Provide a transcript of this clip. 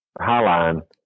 Highline